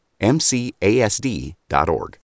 MCASD.org